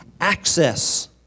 access